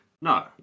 No